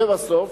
לבסוף,